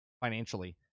financially